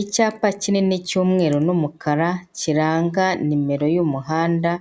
Icyapa kinini cy'umweru n'umukara kiranga nimero y'umuhanda